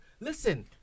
listen